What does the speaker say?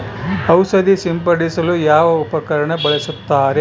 ಔಷಧಿ ಸಿಂಪಡಿಸಲು ಯಾವ ಉಪಕರಣ ಬಳಸುತ್ತಾರೆ?